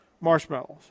Marshmallows